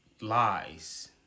lies